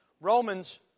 Romans